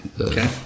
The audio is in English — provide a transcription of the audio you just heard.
Okay